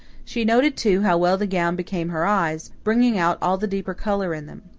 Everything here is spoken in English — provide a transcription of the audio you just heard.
she noted, too, how well the gown became her eyes, bringing out all the deeper colour in them.